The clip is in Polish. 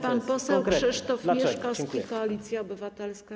Pan poseł Krzysztof Mieszkowski, Koalicja Obywatelska.